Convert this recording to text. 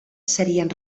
serien